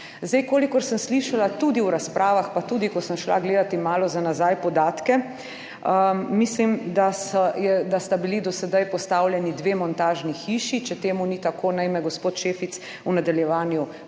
kolikor sem slišala tudi v razpravah, pa tudi, ko sem šla gledati malo za nazaj podatke, mislim, da sta bili do sedaj postavljeni dve montažni hiši. Če temu ni tako, naj me gospod Šefic v nadaljevanju popravi.